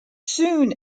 soon